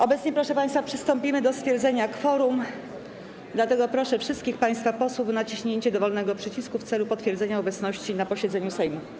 Obecnie, proszę państwa, przystąpimy do stwierdzenia kworum, dlatego proszę wszystkich państwa posłów o naciśnięcie dowolnego przycisku w celu potwierdzenia obecności na posiedzeniu Sejmu.